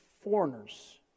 foreigners